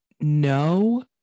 no